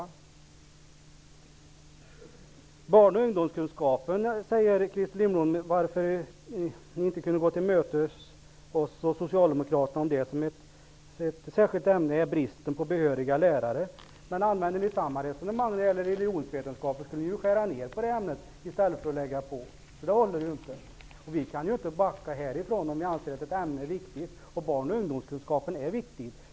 Vänsterpartiet och Socialdemokraterna till mötes när det gäller att göra barn och ungdomskunskapen till ett särskilt ämne säger Christer Lindblom vara bristen på behöriga lärare. Använder ni samma resonemang när det gäller religionsvetenskap borde ni ju skära ner på det ämnet i stället för att öka på. Resonemanget håller inte. Vi kan inte backa om vi anser att ett ämne är viktigt, och barn och ungdomskunskapen är viktig.